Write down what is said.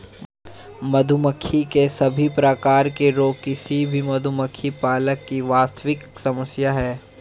मधुमक्खी के सभी प्रकार के रोग किसी भी मधुमक्खी पालक की वास्तविक समस्या है